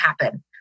happen